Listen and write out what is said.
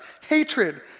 hatred